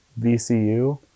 VCU